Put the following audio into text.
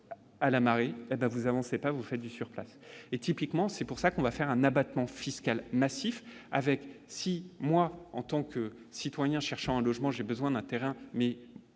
à la Marie hé ben vous avancez pas vous fait du surplace et typiquement, c'est pour ça qu'on va faire un abattement fiscal massif avec si moi, en tant que citoyen, cherchant un logement, j'ai besoin d'terrain mais